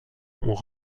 ont